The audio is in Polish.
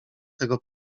tego